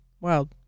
Wild